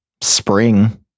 spring